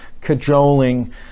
cajoling